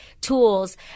tools